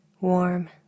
warm